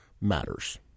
matters